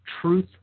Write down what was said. truth